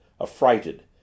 affrighted